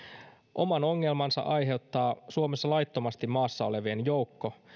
oman ongelmansa aiheuttaa suomessa laittomasti maassa olevien joukko